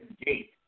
gate